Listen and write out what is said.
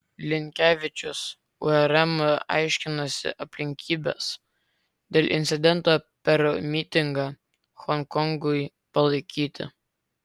linkevičius urm aiškinasi aplinkybes dėl incidento per mitingą honkongui palaikyti